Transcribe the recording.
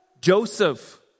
Joseph